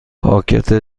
پاکت